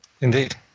Indeed